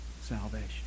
salvation